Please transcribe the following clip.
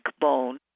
bone